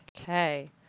Okay